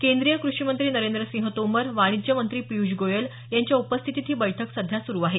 केंद्रीय कृषीमंत्री नरेंद्र सिंह तोमर वाणिज्य मंत्री पियुष गोयल यांच्या उपस्थितीत ही बैठक सध्या सुरु आहे